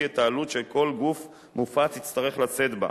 את העלות שכל גוף מופץ יצטרך לשאת בה,